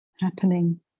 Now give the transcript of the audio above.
happening